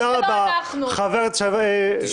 אנחנו